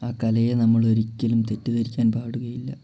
ആ കലയെ നമ്മളൊരിക്കലും തെറ്റിദ്ധരിക്കാൻ പാടുകയില്ല